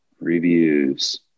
reviews